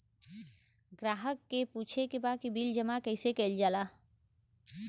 ग्राहक के पूछे के बा की बिल जमा कैसे कईल जाला?